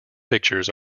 pictures